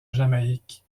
jamaïque